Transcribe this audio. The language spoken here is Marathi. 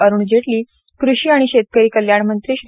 अरुण जेटली कृषी आणि शेतकरी कल्याणमंत्री श्री